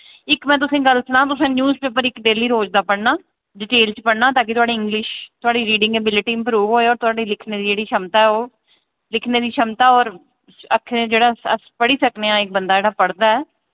इक में तुसें गी गल्ल सनांऽ तुसें न्यूजपेपर इक डेली रोज दा पढ़ना डिटेल च पढ़ना ताकि थोआढ़ी इंग्लिश थोआढ़ी रीडिंग एबीलिटी इम्प्रूव होऐ और थोआढ़े लिखने दी जेह्ड़ी शमता ऐ ओह् लिखने दी छमता और अक्खरें जेह्ड़ा अस पढ़ी सकने आं इक बंदा जेह्ड़ा पढ़दा ऐ